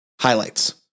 highlights